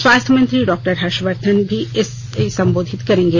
स्वास्थ्य मंत्री डॉक्टर हर्षवर्धन भी इसे सम्बोधित करेंगे